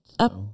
Up